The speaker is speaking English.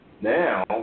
Now